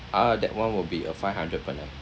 ah that one will be a five hundred per night